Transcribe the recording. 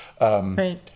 Right